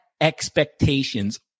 expectations